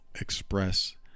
express